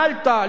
מלטה,